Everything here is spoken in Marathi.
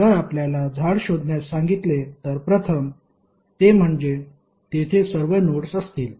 जर आपल्याला झाड शोधण्यास सांगितले तर प्रथम ते म्हणजे तेथे सर्व नोड्स असतील